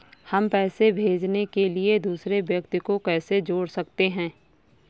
हम पैसे भेजने के लिए दूसरे व्यक्ति को कैसे जोड़ सकते हैं?